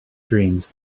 dreams